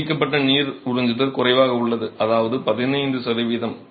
அனுமதிக்கப்பட்ட நீர் உறிஞ்சுதல் குறைவாக உள்ளது அதாவது 15 சதவீதம்